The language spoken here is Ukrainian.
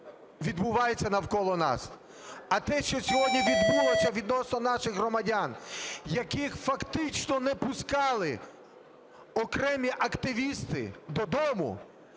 відбувається навколо нас. А те, що сьогодні відбулося відносно наших громадян, яких фактично не пускали окремі активісти додому,